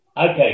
Okay